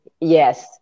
yes